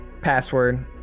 password